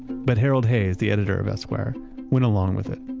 but harold hayes, the editor of esquire went along with it,